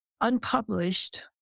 unpublished